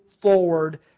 forward